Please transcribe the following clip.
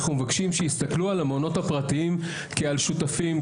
אנחנו מבקשים שיסתכלו על המעונות הפרטיים כעל שותפים,